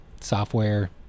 software